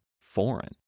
foreign